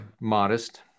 modest